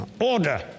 order